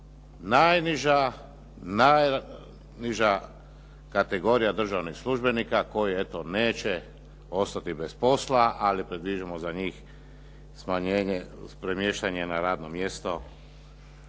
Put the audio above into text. najniža kategorija državnih službenika koja, eto neće ostati bez posla, ali predviđamo za njih smanjenje, premještanje na radno mjesto